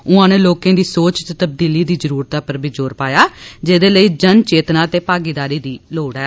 उआं उनें लोकें दी सोच च तब्दीली दी जरूरतै पर बी जोर पाया जेदे लेई जन चेतना ते भागीदारी दी लोड़ ऐ